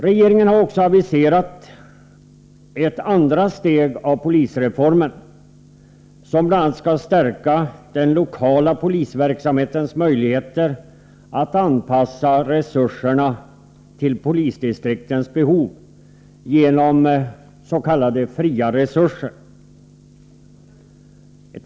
Regeringen har också aviserat att förslag om ett andra steg av polisreformen, som bl.a. stärker den lokala polisverksamhetens möjligheter att anpassa resurserna till polisdistriktets behov genom s.k. fria resurser.